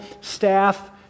staff